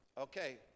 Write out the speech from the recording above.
okay